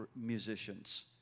musicians